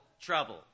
trouble